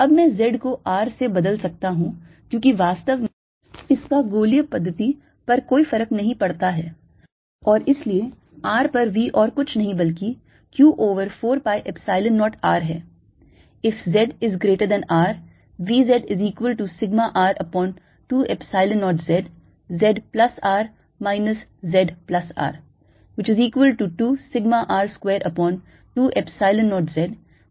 अब मैं z को R से बदल सकता हूं क्योंकि वास्तव में इसका गोलीय पद्धति पर कोई फर्क नहीं पड़ता है और इसलिए R पर V और कुछ नहीं बल्कि q over 4 pi Epsilon 0 R है